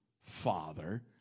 Father